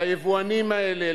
ליבואנים האלה,